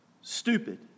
stupid